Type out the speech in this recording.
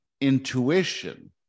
intuition